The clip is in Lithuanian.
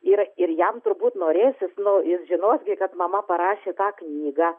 yra ir jam turbūt norėsis nu žinot kad mama parašė tą knygą